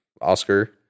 Oscar